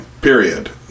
period